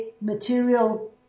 material